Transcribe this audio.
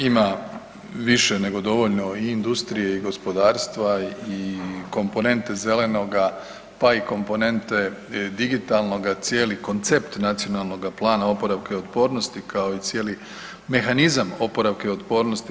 Ima više nego dovoljno i industrije i gospodarstva i komponente zelenoga pa i komponente digitalnoga, cijeli koncept Nacionalnoga plana oporavka i otpornosti kao i cijeli mehanizam oporavka i otpornosti.